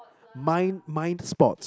mind mind sports